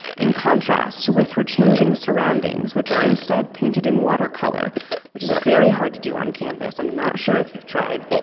in contrast with her changing surroundings, which are instead painted in watercolor which is very hard to do on canvas, i'm not sure if you've tried